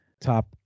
top